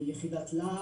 יחידת להב,